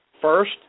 First